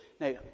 Now